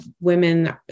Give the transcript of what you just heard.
women